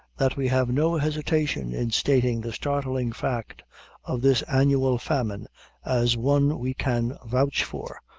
that we have no hesitation in stating the startling fact of this annual famine as one we can vouch for,